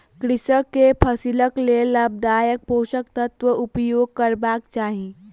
कृषक के फसिलक लेल लाभदायक पोषक तत्वक उपयोग करबाक चाही